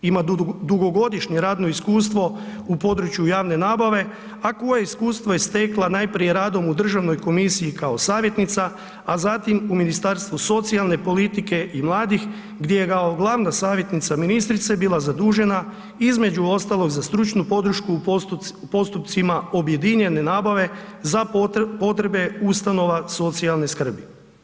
Ima dugogodišnje radno iskustvo u području javne nabave a koje iskustvo je stekla najprije radom u Državnoj komisiji kao savjetnica a zatim u Ministarstvu socijalne politike i mladih gdje je kao glavna savjetnica ministrice bila zadužena između ostalog za stručnu podršku u postupcima objedinjene nabave za potrebe ustanova socijalne skrbi.